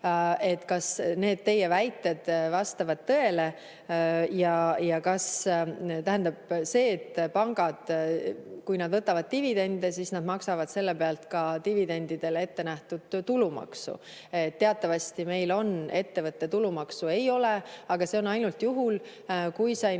kas need teie väited vastavad tõele. Kui pangad võtavad dividende, siis nad maksavad selle pealt ka dividendidele ette nähtud tulumaksu. Teatavasti meil ettevõtte tulumaksu ei ole, aga see on ainult juhul, kui sa